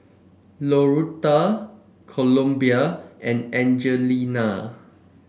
Louetta Columbia and Angelina